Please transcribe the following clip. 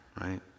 right